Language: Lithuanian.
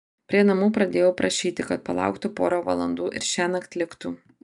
prie namų pradėjau prašyti kad palauktų porą valandų ir šiąnakt liktų